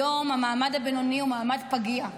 היום המעמד הבינוני הוא מעמד פגיע,